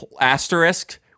asterisk